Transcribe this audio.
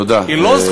תודה.